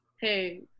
hey